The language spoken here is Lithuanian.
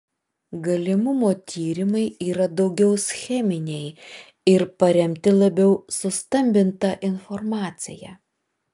galimumo tyrimai yra daugiau scheminiai ir paremti labiau sustambinta informacija